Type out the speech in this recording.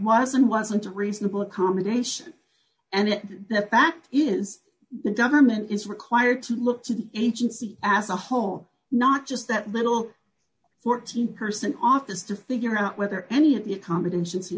and wasn't a reasonable accommodation and the fact is the government is required to look to the agency as a whole not just that little fourteen person office to figure out whether any of the a competency